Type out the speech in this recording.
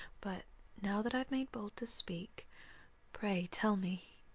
but now that i've made bold to speak pray tell me.